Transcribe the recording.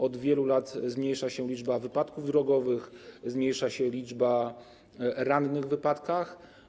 Od wielu lat zmniejsza się liczba wypadków drogowych, zmniejsza się liczba rannych w wypadkach.